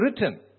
written